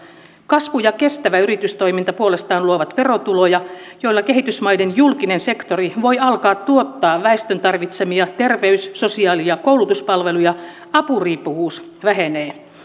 kasvu ja kestävä yritystoiminta puolestaan luovat verotuloja joilla kehitysmaiden julkinen sektori voi alkaa tuottaa väestön tarvitsemia terveys sosiaali ja koulutuspalveluja apuriippuvuus vähenee